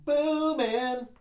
Booming